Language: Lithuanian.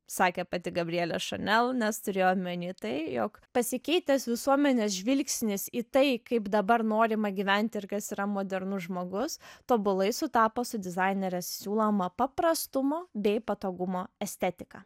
sakė pati gabrielė chanel nes turėjo omeny tai jog pasikeitęs visuomenės žvilgsnis į tai kaip dabar norima gyventi ir kas yra modernus žmogus tobulai sutapo su dizainerės siūloma paprastumo bei patogumo estetika